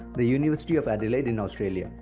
the university of adelaide in australia.